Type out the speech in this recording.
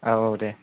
औ औ दे